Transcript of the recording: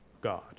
God